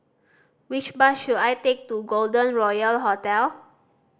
which bus should I take to Golden Royal Hotel